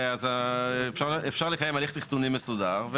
אז אפשר לקיים הליך תכנוני מסודר,